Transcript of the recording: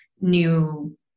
new